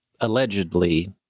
allegedly